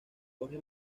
jorge